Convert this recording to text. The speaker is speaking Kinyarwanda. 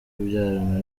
kubyarana